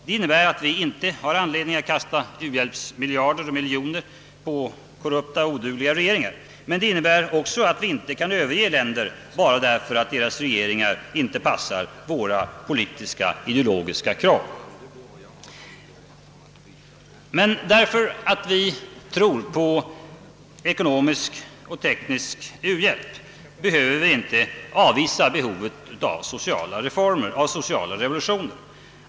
Det innebär att vi inte har anledning att kasta ut u-hjälpsmiljarder på korrumperade och odugliga regeringar. Men det innebär också att vi inte kan överge länder bara därför att deras regeringar inte passar våra politiska och ideologiska krav. Men därför att vi tror på ekonomisk och teknisk u-hjälp behöver vi inte avvisa behovet av sociala reformer och sociala revolutioner.